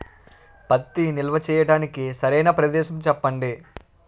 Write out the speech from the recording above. పత్తి నిల్వ చేయటానికి సరైన ప్రదేశం చెప్పండి?